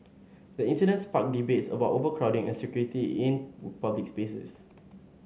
the incident sparked debates about overcrowding and security in public spaces